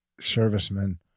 servicemen